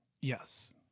Yes